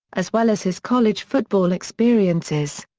as well as his college football experiences.